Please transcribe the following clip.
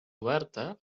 oberta